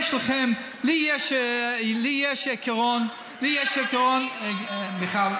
יש לכם, לי יש עיקרון, אתה לא יכול להגיד, מיכל,